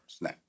now